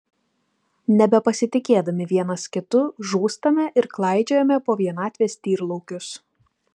nebepasitikėdami vienas kitu žūstame ir klaidžiojame po vienatvės tyrlaukius